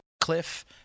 Cliff